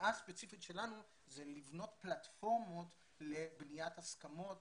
ההצעה הספציפית שלנו זה לבנות פלטפורמות לבניית הסכמות